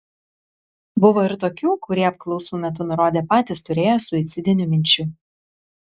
buvo ir tokių kurie apklausų metu nurodė patys turėję suicidinių minčių